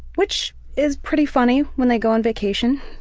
which is pretty funny when they go on vacation,